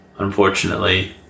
Unfortunately